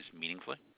meaningfully